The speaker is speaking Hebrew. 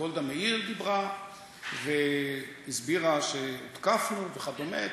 וגולדה מאיר דיברה והסבירה שהותקפנו וכדומה.